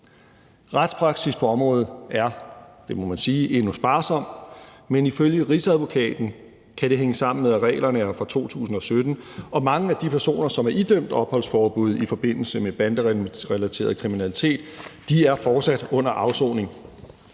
det må man sige – endnu sparsom, men ifølge Rigsadvokaten kan det hænge sammen med, at reglerne er fra 2017, og mange af de personer, som er idømt opholdsforbud i forbindelse med banderelateret kriminalitet, er fortsat under afsoning.